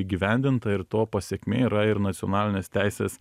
įgyvendinta ir to pasekmė yra ir nacionalinės teisės